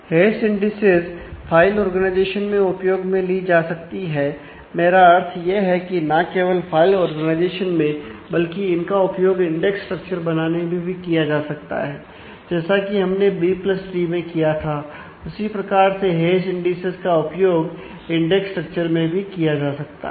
hash indices में भी किया जा सकता है